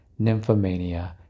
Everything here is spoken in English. nymphomania